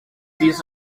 teas